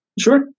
Sure